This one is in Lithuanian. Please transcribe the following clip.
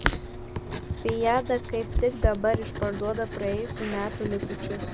viada kaip tik dabar išparduoda praėjusių metų likučius